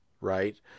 right